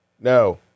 No